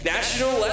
National